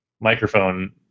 microphone